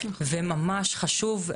וממש חשוב,